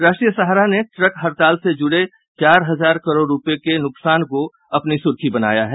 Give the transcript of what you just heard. राष्ट्रीय सहारा ने ट्रक हड़ताल से चार हजार करोड़ रूपये के नुकसान को अपनी सुर्खी बनाया है